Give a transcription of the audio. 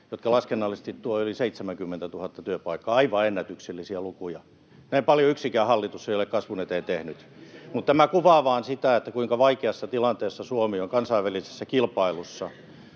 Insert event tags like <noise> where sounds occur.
jotka laskennallisesti tuovat yli 70 000 työpaikkaa — aivan ennätyksellisiä lukuja. Näin paljon yksikään hallitus ei ole kasvun eteen tehnyt. <noise> Tämä kuvaa vain sitä, kuinka vaikeassa tilanteessa Suomi on kansainvälisessä kilpailussa.